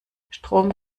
strom